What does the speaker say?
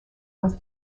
was